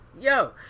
Yo